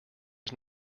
was